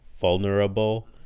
vulnerable